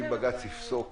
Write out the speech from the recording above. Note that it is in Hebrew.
שאם בג"ץ יפסוק